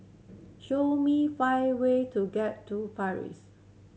show me five way to get to Paris